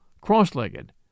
cross-legged